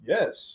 Yes